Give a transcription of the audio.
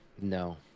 no